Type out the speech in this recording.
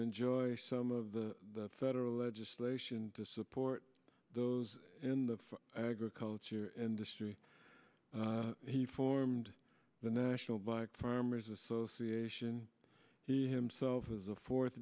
enjoy some of the federal legislation to support those in the agriculture industry he formed the national black farmers association he himself is a fourth